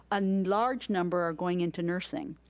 and large number are going into nursing,